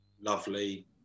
lovely